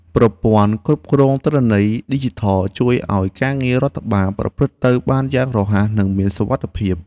ប្រព័ន្ធគ្រប់គ្រងទិន្នន័យឌីជីថលជួយឱ្យការងាររដ្ឋបាលប្រព្រឹត្តទៅបានយ៉ាងរហ័ស និងមានសុវត្ថិភាព។